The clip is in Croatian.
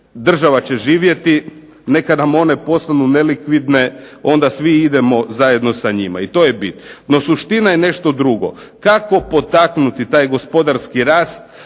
država će živjeti. Neka nam one postanu nelikvidne onda svi idemo zajedno sa njima. I to je bit. No suština je nešto drugo. Kako potaknuti taj gospodarski rast,